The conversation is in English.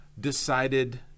decided